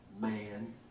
man